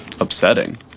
upsetting